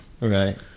Right